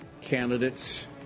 candidates